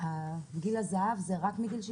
גיל הזהב זה מגיל 67?